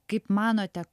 kaip manote